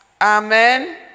Amen